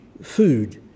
food